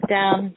down